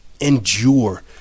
endure